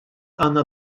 għandna